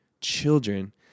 children